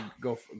go